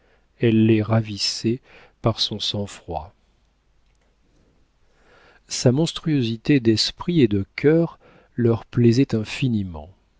elle les ravissait par son sang-froid sa monstruosité d'esprit et de cœur leur plaisait infiniment